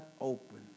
open